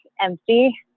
empty